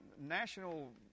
national